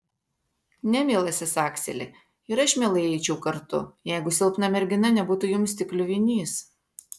ne mielasis akseli ir aš mielai eičiau kartu jeigu silpna mergina nebūtų jums tik kliuvinys